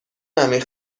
عمیق